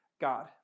God